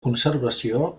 conservació